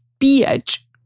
pH